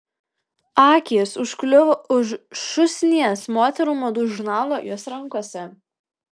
akys užkliuvo už šūsnies moterų madų žurnalų jos rankose